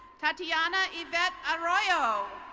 tatiana evette arroyo.